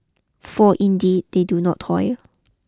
for indeed they do not toil